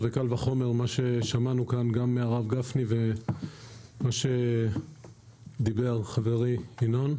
קל וחומר מה ששמענו כאן מהרב גפני ומה שדיבר חברי ינון.